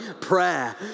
prayer